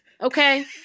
Okay